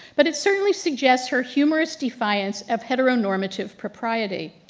but it certainly suggests her humorous defiance of heteronormative propriety.